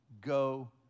go